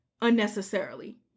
unnecessarily